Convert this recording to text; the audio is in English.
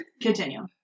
continue